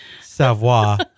Savoir